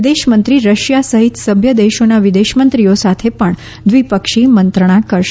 વિદેશમંત્રી રશિયા સહિત સભ્ય દેશોના વિદેશમંત્રીઓ સાથે પણ દ્વિપક્ષી મંત્રણા કરશે